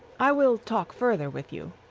i will talk further with you.